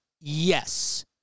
Yes